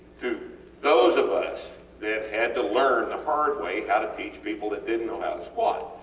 to those of us that had to learn the hard way how to teach people that didnt know how to squat.